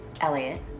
Elliot